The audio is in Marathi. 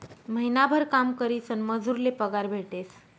महिनाभर काम करीसन मजूर ले पगार भेटेस